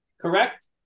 correct